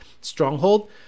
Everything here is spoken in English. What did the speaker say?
stronghold